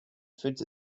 food